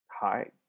hi